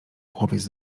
chłopiec